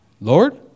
Lord